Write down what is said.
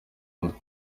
and